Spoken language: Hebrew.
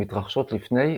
המתרחשות לפני,